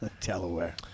Delaware